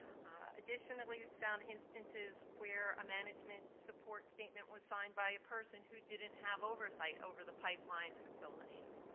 additionally found instances where management support statement was signed by a person who didn't have oversight over the pipeline facilities.